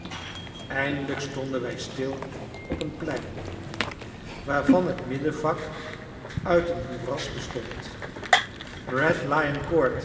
eindelijk stonden wij stil op een plein waarvan het middenvak uit een moeras bestond red lion